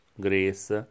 grace